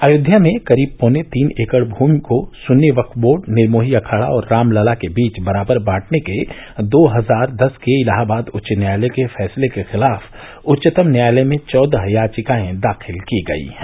अयोध्या में करीब पौने तीन एकड़ भूमि को सुन्नी वक्फ बोर्ड निर्मोही अखाड़ा और रामलला के बीच बराबर बांटने के दो हजार दस के इलाहाबाद उच्च न्यायालय के फैसले के खिलाफ उच्चतम न्यायालय में चौदह याचिकाएं दाखिल की गई हैं